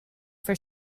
for